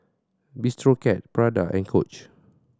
Bistro Cat Prada and Coach